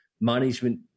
management